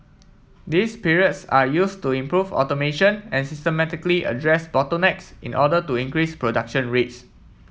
these periods are used to improve automation and systematically address bottlenecks in order to increase production rates